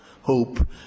hope